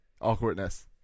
awkwardness